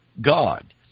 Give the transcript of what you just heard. God